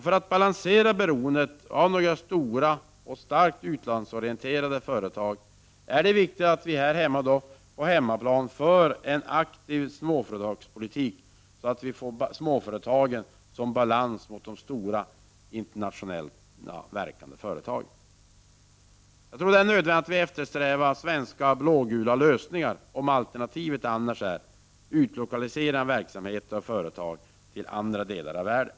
För att balansera beroendet av några stora och starkt utlandsorienterade företag är det viktigt att vi på hemmaplan för en aktiv småföretagspolitik, så att vi får småföretagen som en balans mot de stora internationellt verksamma företagen. Jag tror det är nödvändigt att vi eftersträvar svenska blågula lösningar om alternativet är att utlokalisera verksamheter och företag till andra delar av världen.